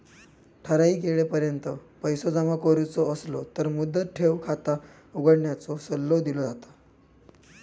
ठराइक येळेपर्यंत पैसो जमा करुचो असलो तर मुदत ठेव खाता उघडण्याचो सल्लो दिलो जाता